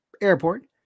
airport